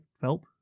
felt